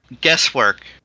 guesswork